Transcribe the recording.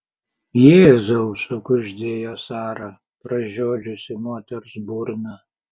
jėzau sukuždėjo sara pražiodžiusi moters burną